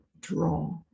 draw